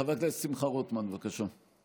חבר הכנסת שמחה רוטמן, בבקשה.